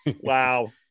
Wow